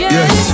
Yes